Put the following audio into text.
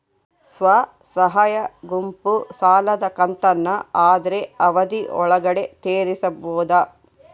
ಸ್ವಸಹಾಯ ಗುಂಪು ಸಾಲದ ಕಂತನ್ನ ಆದ್ರ ಅವಧಿ ಒಳ್ಗಡೆ ತೇರಿಸಬೋದ?